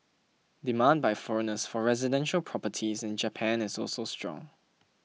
demand by foreigners for residential properties in Japan is also strong